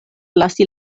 lasi